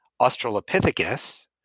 Australopithecus